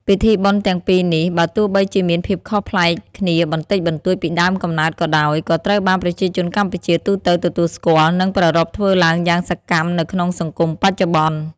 ពិធីបុណ្យទាំងពីរនេះ បើទោះបីជាមានភាពខុសប្លែកគ្នាបន្តិចបន្តួចពីដើមកំណើតក៏ដោយ ក៏ត្រូវបានប្រជាជនកម្ពុជាទូទៅទទួលស្គាល់ និងប្រារព្ធធ្វើឡើងយ៉ាងសកម្មនៅក្នុងសង្គមបច្ចុប្បន្ន។